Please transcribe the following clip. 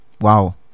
wow